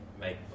make